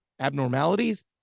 abnormalities